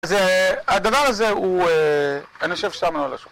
אז הדבר הזה הוא... אני חושב שאתה מאוד לא שומע.